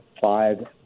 five